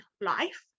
life